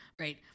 right